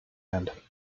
end